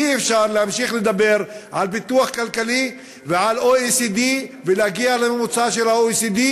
אי-אפשר להמשיך לדבר על פיתוח כלכלי ועל OECD ולהגיע לממוצע של ה-OECD,